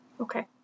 Okay